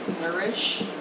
Nourish